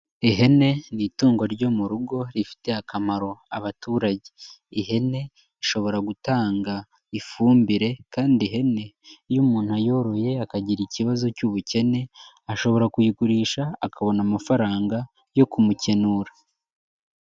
Ihene ni itungo ryo mu rugo rifitiye akamaro abaturage. Ihene ishobora gutanga ifumbire kandi ihene iyo umuntu ayoroye akagira ikibazo cy'ubukene ashobora kuyigurisha akabona amafaranga yo kumukenura.